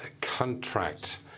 contract